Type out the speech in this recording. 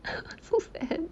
so fat